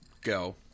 go